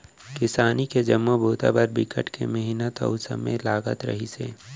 किसानी के जम्मो बूता म बिकट के मिहनत अउ समे लगत रहिस हे